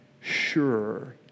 sure